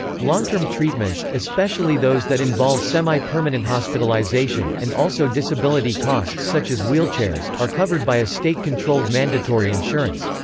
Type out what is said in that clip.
long-term treatments, especially those that involve semi-permanent hospitalisation, and also disability costs such as wheelchairs, are covered by a state-controlled mandatory insurance.